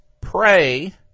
Pray